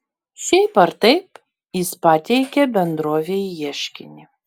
šiaip ar taip jis pateikė bendrovei ieškinį